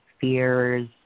fears